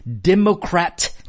Democrat